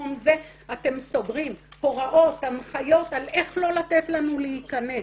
במקום זה אתם סוגרים הוראות והנחיות על איך לא לתת לנו להיכנס.